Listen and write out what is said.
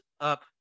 up